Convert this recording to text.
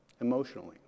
emotionally